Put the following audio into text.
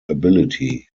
ability